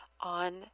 on